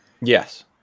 Yes